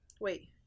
Wait